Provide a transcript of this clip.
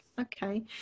Okay